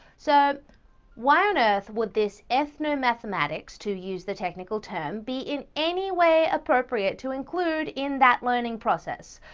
so why on earth would this ethnomathematics, to use the technical term, be in any way appropriate to include in that learning process?